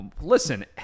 listen